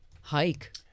hike